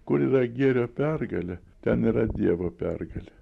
kur yra gėrio pergalė ten yra dievo pergalė